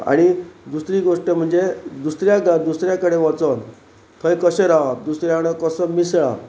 आनी दुसरी गोश्ट म्हणजे दुसऱ्या दुसऱ्या कडेन वचोन थंय कशें रावप दुसऱ्या वांगडो कसो मिसळप